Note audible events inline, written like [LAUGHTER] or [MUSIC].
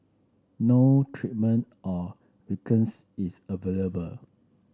no treatment or [UNINTELLIGIBLE] is available